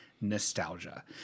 nostalgia